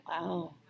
Wow